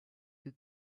you